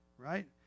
right